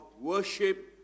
worship